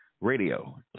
Radio